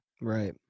Right